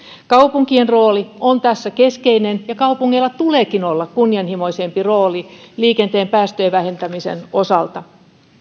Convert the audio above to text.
kaupunkien rooli on tässä keskeinen ja kaupungeilla tuleekin olla kunnianhimoisempi rooli liikenteen päästöjen vähentämisen osalta